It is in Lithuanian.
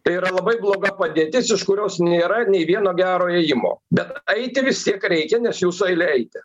tai yra labai bloga padėtis iš kurios nėra nei vieno gero ėjimo bet eiti vis tiek reikia nes jūsų eilė eiti